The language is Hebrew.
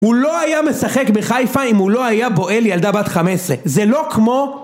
הוא לא היה משחק בחיפה אם הוא לא היה בועל ילדה בת חמש-עשרה. זה לא כמו...